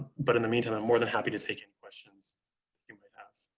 but in the meantime, i'm more than happy to take any questions you might have.